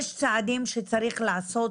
יש צעדים שצריך לנקוט,